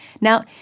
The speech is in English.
Now